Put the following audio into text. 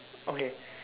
okay